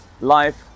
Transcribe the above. life